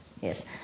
Yes